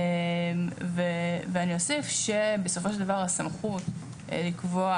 ואני אוסיף שבסופו של דבר הסמכות לקבוע